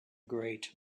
great